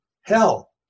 hell